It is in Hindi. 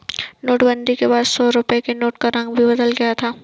नोटबंदी के बाद सौ रुपए के नोट का रंग भी बदल दिया था